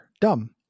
dumb